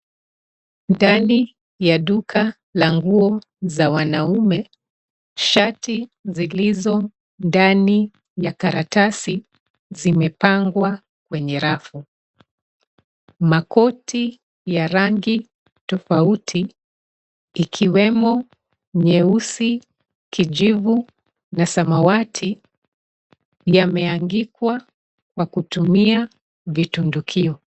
Ndani ya duka la nguo za wanaume, shati zilizo ndani ya karatasi zimepangwa kwenye rafu. Makoti ya rangi tofauti ikiwemo nyeusi, kijivu na samawati yameangikwa kwa kutumia vitundukio.